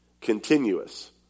Continuous